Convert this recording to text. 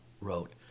wrote